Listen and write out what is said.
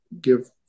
give